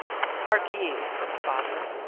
hark ye said the father,